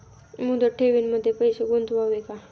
मुदत ठेवींमध्ये पैसे गुंतवावे का?